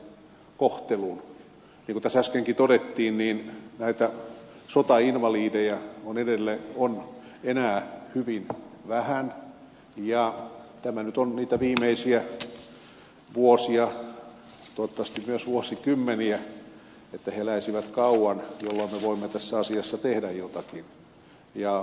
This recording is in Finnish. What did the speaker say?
niin kuin tässä äskenkin todettiin näitä sotainvalideja on enää hyvin vähän ja tämä nyt on niitä viimeisiä vuosia toivottavasti myös vuosikymmeniä että he eläisivät kauan jolloin me voimme tässä asiassa tehdä jotakin